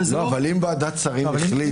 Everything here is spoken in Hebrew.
הרי זה לא --- אבל אם ועדת שרים החליטה